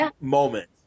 moment